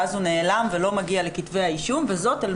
ואז הוא נעלם ולא מגיע לכתבי האישום.